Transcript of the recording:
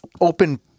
open